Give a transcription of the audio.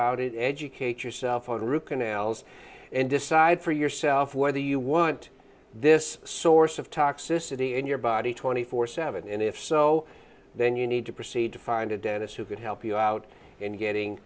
out educate yourself and root canals and decide for yourself whether you want this source of toxicity in your body twenty four seven and if so then you need to proceed to find a dentist who could help you out and getting